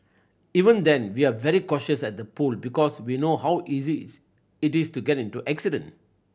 even then we're very cautious at the pool because we know how easy is it is to get into an accident